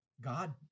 God